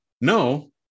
no